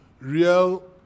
real